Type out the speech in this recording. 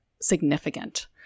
significant